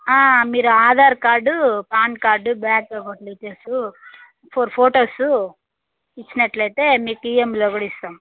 ఆ మీరు Aadhaar card PAN card bank account details four photos ఇచ్చినట్టయితే మీకు ఇఏంఐలో కూడా ఇస్తాం